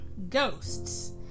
ghosts